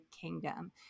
Kingdom